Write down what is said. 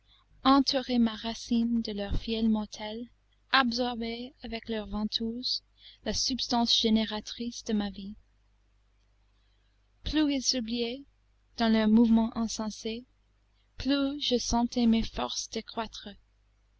entourer ma racine de leur fiel mortel absorber avec leurs ventouses la substance génératrice de ma vie plus ils s'oubliaient dans leurs mouvements insensés plus je sentais mes forces décroître